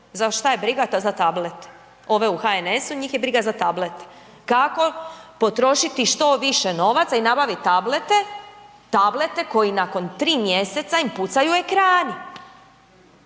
za šta je briga, za tablet, ove u HNS-u njih je briga za tablet, kako potrošiti što više novaca i nabaviti tablete, tablete koji nakon 3. mjeseca im pucaju ekrani